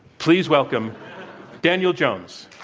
please welcome daniel jones.